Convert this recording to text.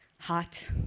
hot